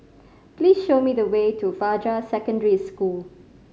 please show me the way to Fajar Secondary School